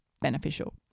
beneficial